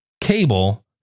cable